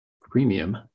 premium